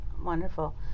Wonderful